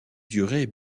durer